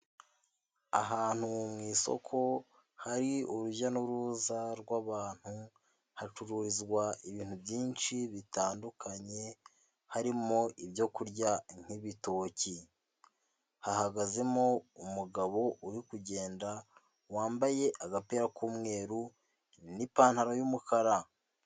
Ahantu mu isoko hari urujya n'uruza rw'abantu hacururizwa ibintu byinshi bitandukanye, harimo ibyo kurya nk'ibitoki, hahagazemo umugabo uri kugenda wambaye agapira k'umweru n'ipantaro y'umukara.